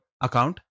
account